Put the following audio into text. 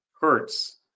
hertz